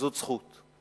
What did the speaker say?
זאת זכות,